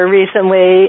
recently